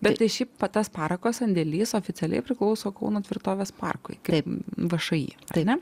bet šiaip tas parako sandėlis oficialiai priklauso kauno tvirtovės parkui kaip všį taip ne